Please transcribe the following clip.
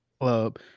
club